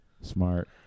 Smart